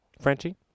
Frenchie